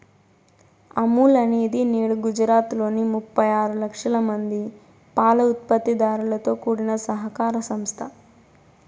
అమూల్ అనేది నేడు గుజరాత్ లోని ముప్పై ఆరు లక్షల మంది పాల ఉత్పత్తి దారులతో కూడిన సహకార సంస్థ